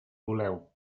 voleu